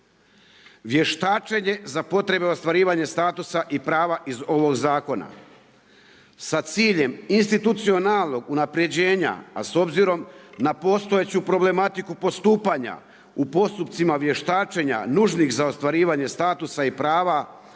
Vještačenje za potrebe ostvarivanja statusa i prava iz ovog zakona, sa ciljem institucionalnog unaprijeđena, a s obzirom na postojeću problematiku postupanja u postupcima vještačenja nužnih za ostvarivanja statusa i prava